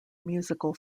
musical